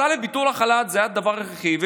אז ביטול החל"ת היה דבר הכרחי,